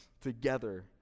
together